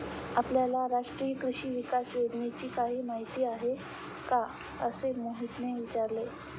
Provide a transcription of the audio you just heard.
आपल्याला राष्ट्रीय कृषी विकास योजनेची काही माहिती आहे का असे मोहितने विचारले?